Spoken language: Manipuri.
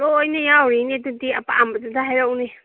ꯂꯣꯏꯅ ꯌꯥꯎꯔꯤꯅꯦ ꯑꯗꯨꯗꯤ ꯑꯄꯥꯝꯕꯗꯨꯗ ꯍꯥꯏꯔꯛꯎꯅꯦ